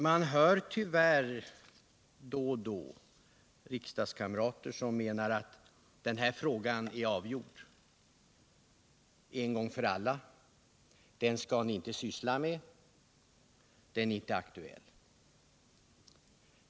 Man träffar då och då riksdagskamrater som tyvärr anser att den här frågan är avgjord en gång för alla och som säger att den frågan skall vi inte syssla med, för den är inte aktuell.